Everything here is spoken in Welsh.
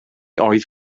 oedd